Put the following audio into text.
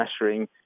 measuring